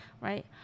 right